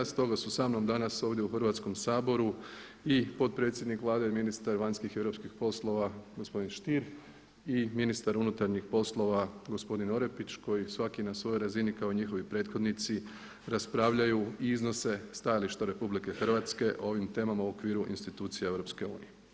Stoga su sa mnom danas ovdje u Hrvatskom saboru i potpredsjednik Vlade i ministar vanjskih i europskih poslova gospodin Stier i ministar unutarnjih poslova gospodin Orepić koji svaki na svojoj razini kao i njihovi prethodnici raspravljaju i iznose stajališta RH o ovim temama u okviru institucija EU.